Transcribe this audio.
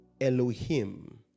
Elohim